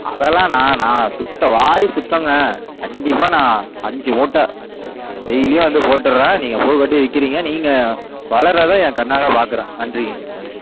அதெல்லாம் நான் நான் சுத்த வாய் சுத்தங்க கண்டிப்பாக நான் அஞ்சு மூட்டை டெய்லியும் வந்து போட்டுடறேன் நீங்கள் பூ கட்டி விற்கிறீங்க நீங்கள் வளர்றதை ஏன் கண்ணால் பார்க்குறேன் நன்றிங்கய்யா நன்றி